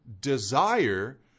desire